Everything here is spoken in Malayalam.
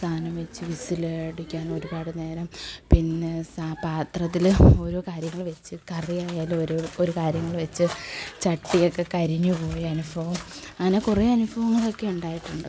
സാധനം വച്ച് വിസില് അടിക്കാനും ഒരുപാട് നേരം പിന്നെ പാത്രത്തിൽ ഓരോ കാര്യങ്ങൾ വച്ച് കറിയായാലും ഒരു ഒരു കാര്യങ്ങൾ വച്ച് ചട്ടിയൊക്കെ കരിഞ്ഞു പോയാലും അങ്ങനെ കുറേ അനുഭവങ്ങൾ ഒക്കെ ഉണ്ടായിട്ടുണ്ട്